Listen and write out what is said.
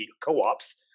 co-ops